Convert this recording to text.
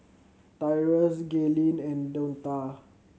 Tyrus Gaylene and Donta